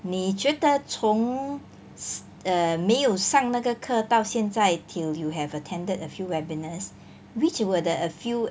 你觉得从 err 没有上那个课到现在 till you have attended a few webinars which were the err few